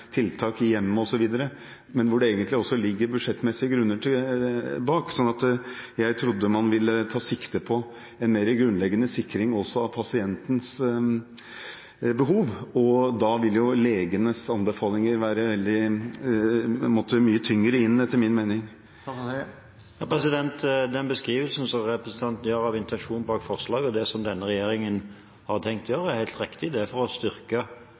tiltak – i hjemmet osv. – men hvor det egentlig også ligger budsjettmessige grunner bak. Jeg trodde man ville ta sikte på en mer grunnleggende sikring av pasientens behov, og da må legenes anbefaling tyngre inn, etter min mening. Den beskrivelsen som representanten gir av intensjonen bak forslaget, og det som denne regjeringen har tenkt å gjøre, er helt riktig. Det er for å styrke